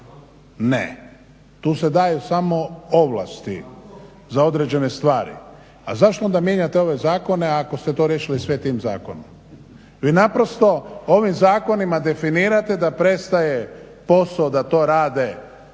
ne tu se daje samo ovlasti za određene stvari. A zašto onda mijenjate ove zakone ako ste to riješili tim zakonom? Vi naprosto ovim zakonima definirate da prestaje posao da to rade Državni